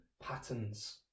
patterns